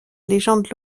légende